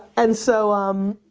and so, um